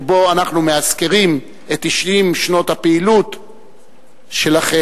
שבו אנחנו מאזכרים את 90 שנות הפעילות שלכן,